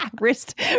wrist